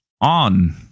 on